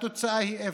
והתוצאה היא אפס.